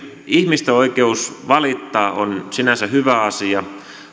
ihmisten oikeus valittaa on sinänsä hyvä asia